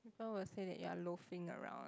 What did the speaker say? people will say that you are loafing around